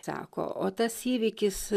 sako o tas įvykis